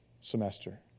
semester